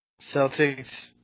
Celtics